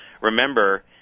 remember